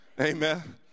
Amen